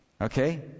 okay